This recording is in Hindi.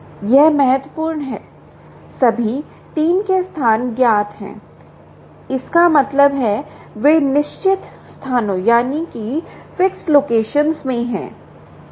यह महत्वपूर्ण है सभी 3 के स्थान ज्ञात हैं इसका मतलब है वे निश्चित स्थानों में हैं वे ठीक स्थानों पर हैं